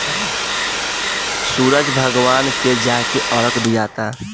सूरज भगवान के जाके अरग दियाता